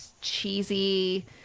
cheesy